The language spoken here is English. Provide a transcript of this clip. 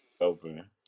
open